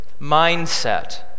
mindset